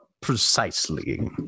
precisely